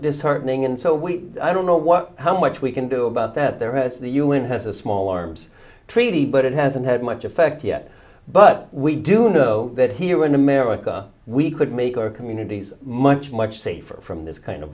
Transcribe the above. disheartening and so we i don't know what how much we can do about that there as the u n has a small arms treaty but it hasn't had much effect yet but we do know that here in america we could make our communities much much safer from this kind of